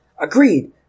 Agreed